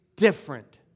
Different